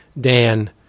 Dan